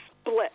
split